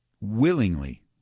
willingly